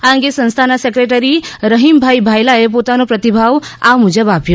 આ અંગે સંસ્થાના સેક્રેટરી રહીમભાઇ ભાયલાએ પોતાનો પ્રતિભાવ આ મુજબ આપ્યો